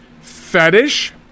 fetish